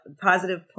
positive